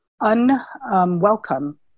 unwelcome